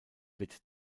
wird